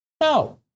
No